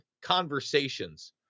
conversations